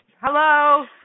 Hello